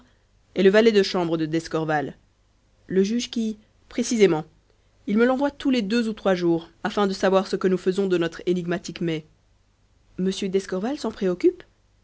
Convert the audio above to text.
est le valet de chambre de d'escorval le juge qui précisément il me l'envoie tous les deux ou trois jours afin de savoir ce que nous faisons de notre énigmatique mai m d'escorval s'en préoccupe